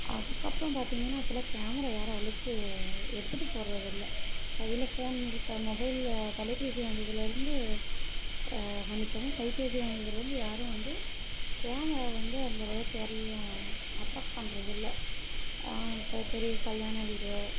அதுக்கப்புறம் பார்த்திங்கனா இப்போல்லாம் கேமரா யாரும் அவ்வளோக்கு எடுத்துட்டு போகிறது இல்லை கையில் ஃபோன் இருக்கா மொபைலில் தொலைபேசி வந்ததுலேருந்து மன்னிக்கவும் கைபேசி வந்ததுலேருந்து யாரும் வந்து கேமரா வந்து அந்த அளவுக்கு யாரையும் அட்ராக் பண்ணுறது இல்லை இப்போ பெரிய கல்யாண வீடு